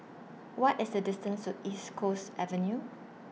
What IS The distance to East Coast Avenue